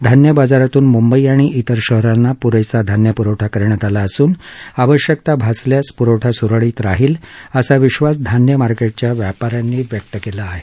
धान्य बाजारातून मुंबई आणि इतर शहरांना प्रेसा धान्यप्रवठा करण्यात आला असून आवश्यकता भासल्यास प्रवठा स्रळीत राहील असा विश्वास धान्य मार्के च्या व्यापा यांनी व्यक्त केला आहे